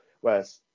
Whereas